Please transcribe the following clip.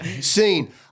seen